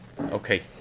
Okay